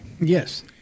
Yes